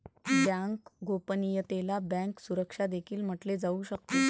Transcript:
bank गोपनीयतेला bank सुरक्षा देखील म्हटले जाऊ शकते